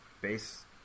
base